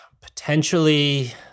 potentially